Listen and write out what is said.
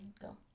go